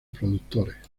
productores